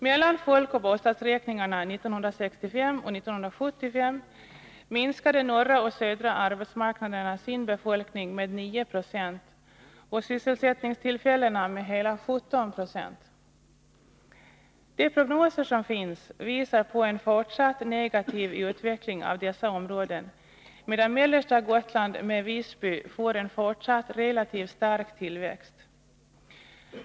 Mellan folkoch bostadsräkningarna 1965 och 1975 minskade norra och södra arbetsmarknaderna sin befolkning med 9 96 och sysselsättningstillfällena med hela 17 26. De prognoser som finns visar på en fortsatt negativ utveckling av dessa områden, medan mellersta Gotland med Visby får en fortsatt relativt stark tillväxt.